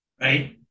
right